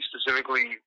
specifically